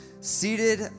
seated